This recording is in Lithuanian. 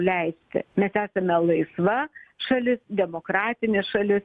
leisti mes esame laisva šalis demokratinė šalis